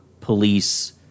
police